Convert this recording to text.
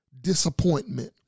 disappointment